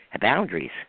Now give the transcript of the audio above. boundaries